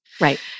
Right